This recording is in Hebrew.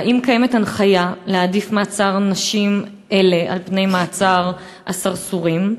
1. האם קיימת הנחיה להעדיף מעצר נשים אלה על פני מעצר הסרסורים?